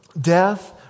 death